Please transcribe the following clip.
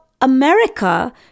America